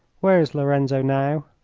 where is lorenzo now?